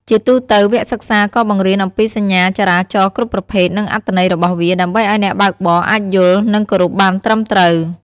ជាទួទៅ វគ្គសិក្សាក៏បង្រៀនអំពីសញ្ញាចរាចរណ៍គ្រប់ប្រភេទ និងអត្ថន័យរបស់វា ដើម្បីឲ្យអ្នកបើកបរអាចយល់ និងគោរពបានត្រឹមត្រូវ។